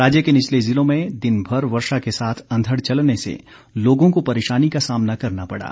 राज्य के निचले ज़िलों में दिनभर वर्षा के साथ अंधड़ चलने से लोगों को परेशानी का सामना करना पड़ा